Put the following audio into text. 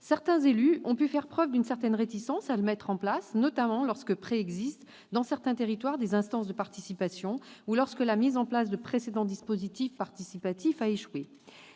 Certains élus ont pu faire preuve d'une certaine réticence à le mettre en place, notamment lorsque préexistaient dans certains territoires des instances de participation ou lorsque la mise en place de précédents dispositifs participatifs avait échoué.